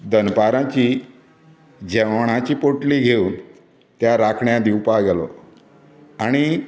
दनपाराची जेवणाची पोटली घेवन त्या राखण्याक दिवपाक गेलो आनी